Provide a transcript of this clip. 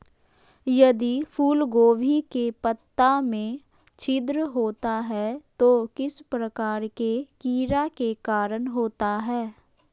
यदि फूलगोभी के पत्ता में छिद्र होता है तो किस प्रकार के कीड़ा के कारण होता है?